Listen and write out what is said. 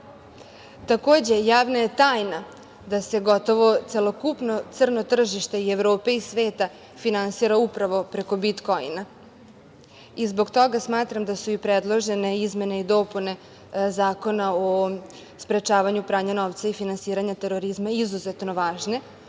građane. Takođe, javna je tajna da se gotovo celokupno crno tržište i Evrope i sveta finansira upravo preko bitkoina. Zbog toga smatram da su i predložene izmene i dopune Zakona o sprečavanju pranja novca i finansiranja terorizma izuzetno važno,